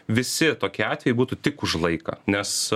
visi tokie atvejai būtų tik už laiką nes